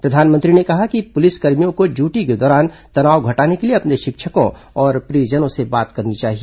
प्रधानमंत्री ने कहा कि पुलिसकर्मियों को ड्यूटी के दौरान तनाव घटाने के लिए अपने शिक्षकों और प्रियजनों से बात करनी चाहिए